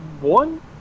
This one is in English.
One